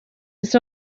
its